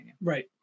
right